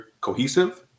cohesive